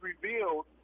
revealed